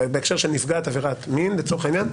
בהקשר של נפגעת עבירת מין לצורך העניין,